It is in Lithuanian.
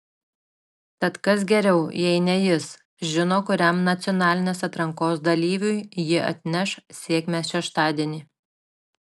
tad kas geriau jei ne jis žino kuriam nacionalinės atrankos dalyviui ji atneš sėkmę šeštadienį